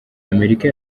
amerika